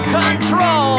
control